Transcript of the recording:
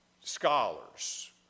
scholars